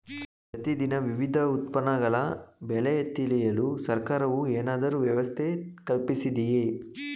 ಪ್ರತಿ ದಿನ ವಿವಿಧ ಉತ್ಪನ್ನಗಳ ಬೆಲೆ ತಿಳಿಯಲು ಸರ್ಕಾರವು ಏನಾದರೂ ವ್ಯವಸ್ಥೆ ಕಲ್ಪಿಸಿದೆಯೇ?